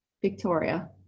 Victoria